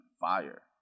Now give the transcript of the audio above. fire